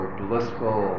blissful